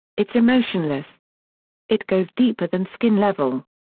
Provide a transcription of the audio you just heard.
it's emotionless it goes deeper than skin level.